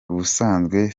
ubusanzwe